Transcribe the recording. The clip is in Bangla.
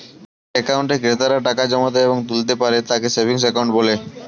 যে অ্যাকাউন্টে ক্রেতারা টাকা জমাতে এবং তুলতে পারে তাকে সেভিংস অ্যাকাউন্ট বলে